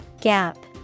Gap